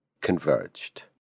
converged